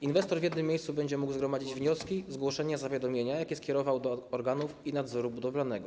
Inwestor w jednym miejscu będzie mógł zgromadzić wnioski, zgłoszenia, zawiadomienia, jakie skierował do organów i nadzoru budowlanego.